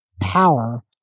power